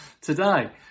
today